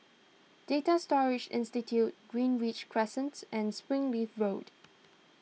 Data Storage Institute Greenridge Crescents and Springleaf Road